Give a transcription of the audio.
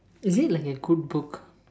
is it like a good book